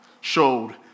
showed